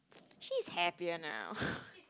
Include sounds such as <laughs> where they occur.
she's happier now <laughs>